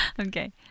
Okay